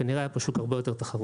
כנראה השוק היה יותר תחרותי.